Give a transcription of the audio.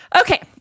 Okay